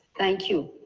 thank you.